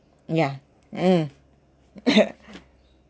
ya mm